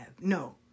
No